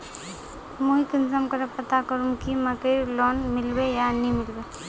मुई कुंसम करे पता करूम की मकईर लोन मिलबे या नी मिलबे?